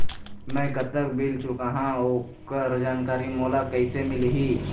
मैं कतक बिल चुकाहां ओकर जानकारी मोला कइसे मिलही?